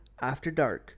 AFTERDARK